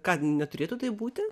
ką neturėtų taip būti